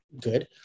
good